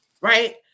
Right